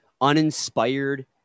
uninspired